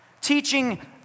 teaching